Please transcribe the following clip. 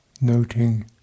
noting